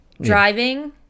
driving